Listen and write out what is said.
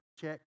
check